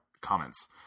comments